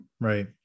right